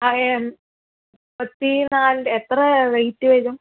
എത്ര റേയ്റ്റ്